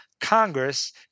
Congress